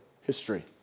history